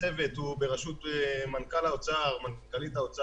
הצוות הוא בראשות מנכ"לית האוצר.